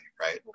right